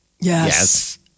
Yes